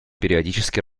периодически